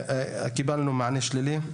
קיבלנו מענה שלילי.